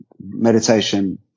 meditation